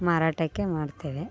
ಮಾರಾಟಕ್ಕೆ ಮಾಡ್ತೇವೆ